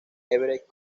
everett